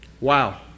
Wow